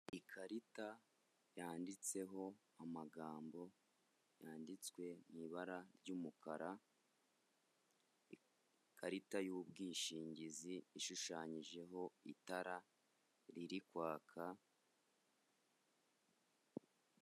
Ikarita yanditseho amagambo, yanditswe mu ibara ry'umukara, ikarita y'ubwishingizi ishushanyijeho itara riri kwaka.